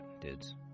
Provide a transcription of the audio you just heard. dudes